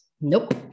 nope